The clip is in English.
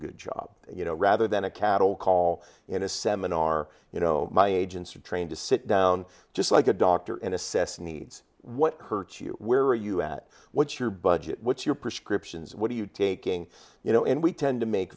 good job you know rather than a cattle call in a seminar you know my agents are trained to sit down just like a doctor and assess needs what hurts you where are you at what your budget what your prescriptions what are you taking you know and we tend to make